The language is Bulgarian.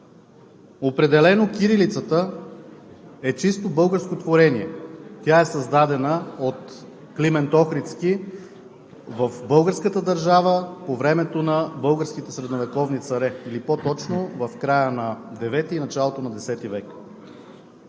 Определено кирилицата е чисто българско творение. Тя е създадена от Климент Охридски в българската държава по време на българските средновековни царе или по-точно в края на IX и началото на X век.